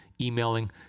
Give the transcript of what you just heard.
emailing